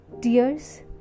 Tears